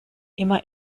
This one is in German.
immer